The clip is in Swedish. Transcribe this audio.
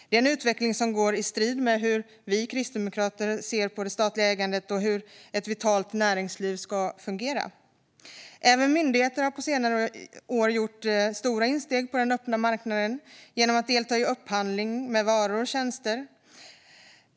Det är en utveckling som står i strid med hur vi kristdemokrater ser på det statliga ägandet och hur ett vitalt näringsliv ska fungera. Även myndigheter har på senare år gjort stora insteg på den öppna marknaden genom att delta i upphandlingar med varor och tjänster.